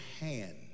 hand